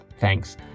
thanks